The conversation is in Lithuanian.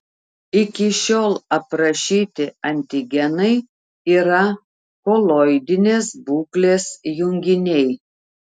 iki šiol aprašyti antigenai yra koloidinės būklės junginiai